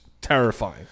terrifying